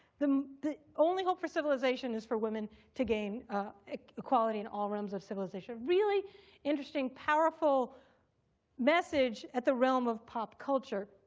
the the only hope for civilization is for women to gain equality in all realms of civilization. really interesting, powerful message at the realm of pop culture.